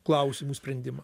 klausimų sprendimą